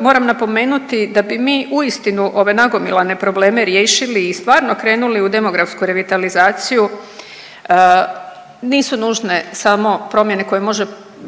moram napomenuti da bi mi uistinu ove nagomilane probleme riješili i stvarno krenuli u demografsku revitalizaciju, nisu nužne samo promjene koje može